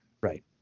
Right